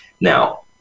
Now